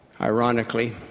Ironically